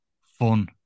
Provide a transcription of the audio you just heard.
fun